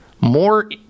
more